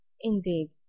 Indeed